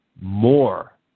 more